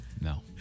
No